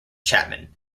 chapman